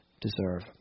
deserve